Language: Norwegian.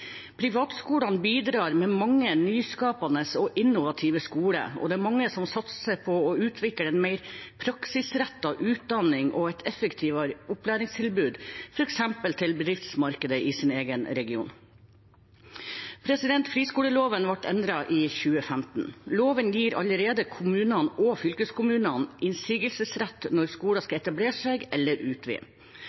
Privatskolene bidrar med mange nyskapende og innovative skoler, og det er mange som satser på å utvikle en mer praksisrettet utdanning og et mer effektivt opplæringstilbud, f.eks. til bedriftsmarkedet i sin egen region. Friskoleloven ble endret i 2015. Loven gir allerede kommunene og fylkeskommunene innsigelsesrett når skoler skal etablere seg eller utvide.